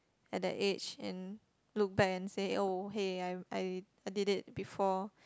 at that age and look back and say oh hey I I I did it before